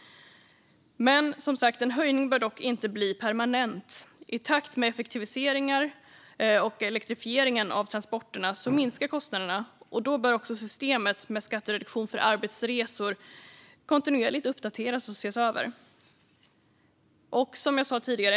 En höjning bör dock inte bli permanent. I takt med effektivisering och elektrifiering av transporter minskar kostnaderna, och därför bör systemet med skattereduktion för arbetsresor kontinuerligt ses över och uppdateras.